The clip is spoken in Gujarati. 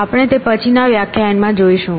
આપણે તે પછીના વ્યાખ્યાયન માં જોઈશું